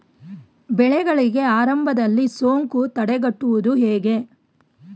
ಬೆಳೆಗಳಿಗೆ ಆರಂಭದಲ್ಲಿ ಸೋಂಕು ತಡೆಗಟ್ಟುವುದು ಹೇಗೆ?